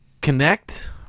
connect